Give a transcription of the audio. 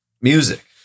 music